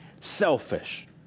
selfish